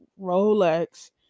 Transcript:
rolex